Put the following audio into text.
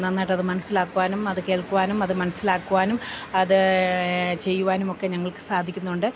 നന്നായിട്ട് അത് മനസ്സിലാക്കുവാനും അത് കേൾക്കുവാനും അത് മനസ്സിലാക്കുവാനും അത് ചെയ്യുവാനുമൊക്കെ ഞങ്ങൾക്ക് സാധിക്കുന്നുണ്ട്